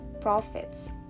prophets